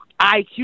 IQ